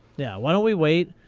yeah why don't we wait.